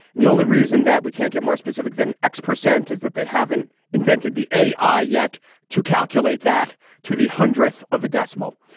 the only reason that we can't get more specific than x percent is that they haven't invented the a i. yet to calculate that to the hundredth of a decimal,